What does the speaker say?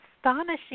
astonishing